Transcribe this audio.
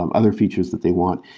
um other features that they want.